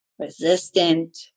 resistant